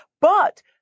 but-